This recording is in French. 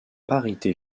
parité